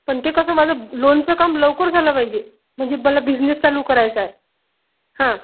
पण ते कसं माझं लोनचं काम लवकर झालं पाहिजे म्हणजे मला बिझनेस चालू करायचा आहे हां